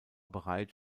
bereit